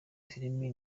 filimi